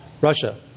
Russia